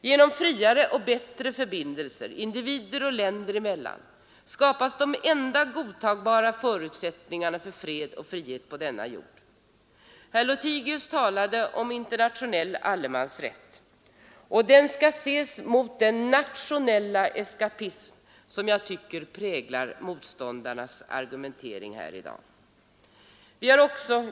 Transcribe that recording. Genom friare och bättre förbindelser individer och länder emellan skapas de enda godtagbara förutsättningarna för fred och frihet på denna jord. Herr Lothigius talade om internationell allemansrätt. Den skall ställas mot den nationella eskapism som jag tycker präglar motståndarnas argumentering här i dag.